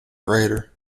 greater